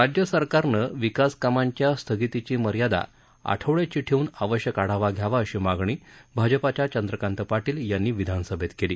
राज्य सरकारनं विकास कामांच्या स्थगितीची मर्यादा आठवडयाची ठेवून आवश्यक आढावा घ्यावा अशी मागणी भाजपाच्या चंद्रकांत पाटील यांनी विधानसभेत केली